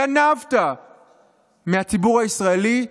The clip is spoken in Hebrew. גנבת מהציבור הישראלי?